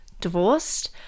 divorced